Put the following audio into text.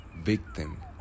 Victim